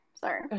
Sorry